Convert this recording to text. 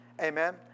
Amen